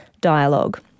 dialogue